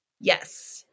Yes